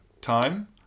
time